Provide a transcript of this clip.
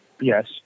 Yes